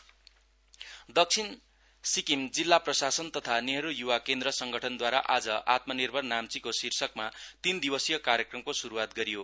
आत्मनिर्भर नाम्ची दक्षिण सिक्किम जिल्ला प्रशासन तथा नेहरू युवा केन्द्र संगठनद्वारा आज आत्मनिर्भर नाम्चीको शीर्षकमा तीन दिवसीय कार्यक्रमको श्रूवात गरियो